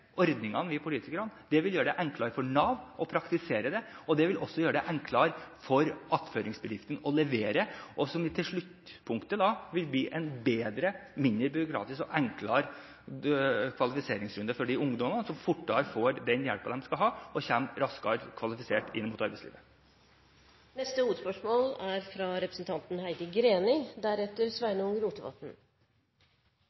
Det vil gjøre det enklere for Nav å praktisere det, og det vil også gjøre det enklere for attføringsbedriften å levere. Sluttpunktet vil da bli en bedre, mindre byråkratisk og enklere kvalifiseringsrunde for ungdommene, som fortere får den hjelpen de skal ha, og kommer raskere kvalifisert inn mot arbeidslivet. Da går vi til neste hovedspørsmål.